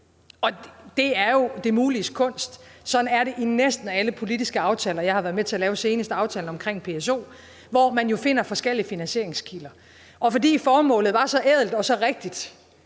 og det er jo det muliges kunst. Sådan har det været i næsten alle politiske aftaler, jeg har været med til at lave, senest aftalen om PSO, hvor man jo finder forskellige finansieringskilder. Og fordi formålet var så ædelt og så rigtigt,